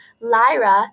Lyra